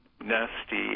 nasty